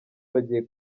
bagiye